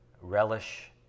relish